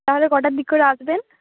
তাহলে কটার দিক করে আসবেন